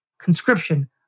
conscription